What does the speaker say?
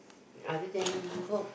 other than work